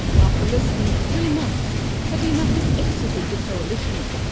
after less than three months kadima has exited the coalition.